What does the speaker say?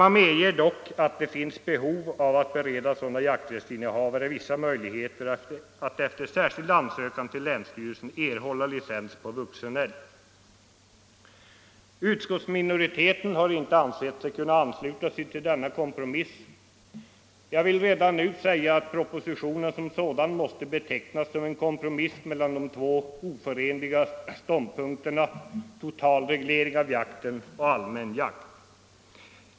Man medger dock att det finns behov av att bereda sådana jakträttsinnehavare vissa möjligheter att efter särskild ansökan till länsstyrelsen erhålla licens på vuxen älg. Utskottsminoriteten har inte ansett sig kunna ansluta sig till denna kompromiss. Jag vill redan nu säga, att propositionen som sådan måste betecknas som en kompromiss mellan de två oförenliga ståndpunkterna, total reglering av jakten och allmän jakt.